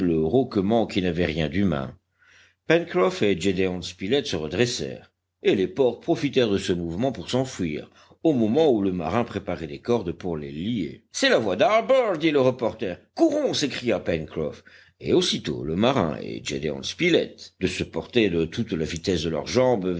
rauquements qui n'avaient rien d'humain pencroff et gédéon spilett se redressèrent et les porcs profitèrent de ce mouvement pour s'enfuir au moment où le marin préparait des cordes pour les lier c'est la voix d'harbert dit le reporter courons s'écria pencroff et aussitôt le marin et gédéon spilett de se porter de toute la vitesse de leurs jambes